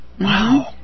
Wow